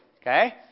Okay